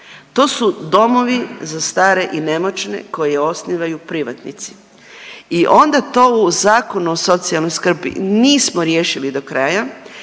To su domovi za stare i nemoćne koje osnivaju privatnici i onda to u Zakonu o socijalnoj skrbi nismo riješili do kraja.